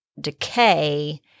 decay